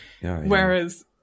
whereas